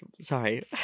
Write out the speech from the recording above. Sorry